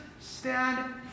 stand